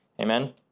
Amen